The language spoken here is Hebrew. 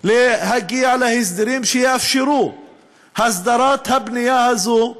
להגיע להסדרים שיאפשרו הסדרת הבנייה הזאת,